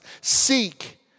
Seek